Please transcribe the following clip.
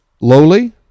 lowly